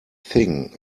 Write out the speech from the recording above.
thing